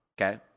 okay